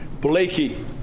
Blakey